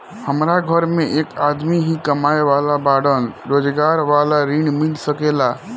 हमरा घर में एक आदमी ही कमाए वाला बाड़न रोजगार वाला ऋण मिल सके ला?